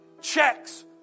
checks